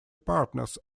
partners